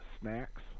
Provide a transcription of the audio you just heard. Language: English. snacks